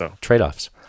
Trade-offs